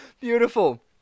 Beautiful